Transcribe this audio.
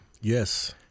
Yes